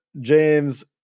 James